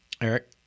Eric